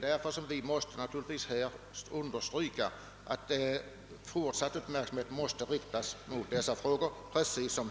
Därför måste fortsatt uppmärksamhet ägnas dessa problem.